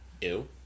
Ew